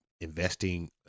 investing